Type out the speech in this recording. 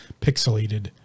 pixelated